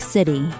City